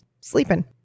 sleeping